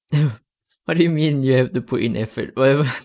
what do you mean you have to put in effort whatever